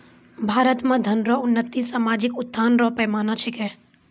भारत मे धन रो उन्नति सामाजिक उत्थान रो पैमाना छिकै